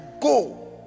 go